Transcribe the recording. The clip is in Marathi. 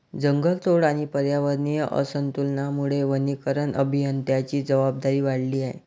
जंगलतोड आणि पर्यावरणीय असंतुलनामुळे वनीकरण अभियंत्यांची जबाबदारी वाढली आहे